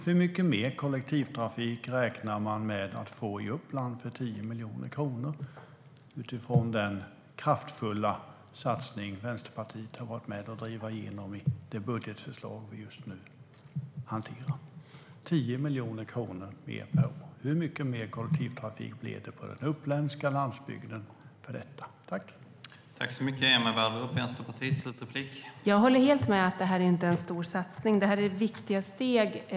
Hur mycket mer kollektivtrafik räknar man med att få i Uppland för 10 miljoner kronor utifrån den kraftfulla satsning Vänsterpartiet har varit med om att driva igenom i det budgetförslag vi just nu hanterar? 10 miljoner kronor mer per år - hur mycket mer kollektivtrafik blir det på den uppländska landsbygden för detta?